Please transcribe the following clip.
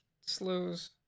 Slows